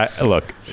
Look